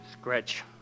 Scratch